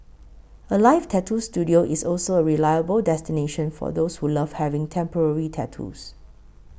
Alive Tattoo Studio is also a reliable destination for those who love having temporary tattoos